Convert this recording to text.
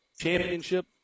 championship